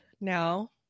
now